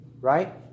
right